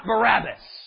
Barabbas